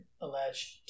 alleged